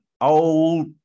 old